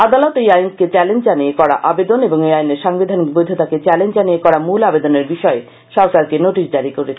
আদালত এই আইনকে চ্যালেঞ্জ জানিয়ে করা আবেদন এবং এই আইনের সাংবিধানিক বৈধতাকে চ্যালেঞ্জ জানিয়ে করা মূল আবেদনের বিষয়ে সরকারকে নোটিশ আরি করেছে